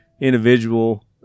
individual